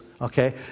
okay